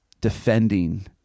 defending